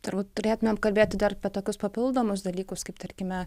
turbūt turėtumėm kalbėti apie tokius papildomus dalykus kaip tarkime